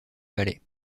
palais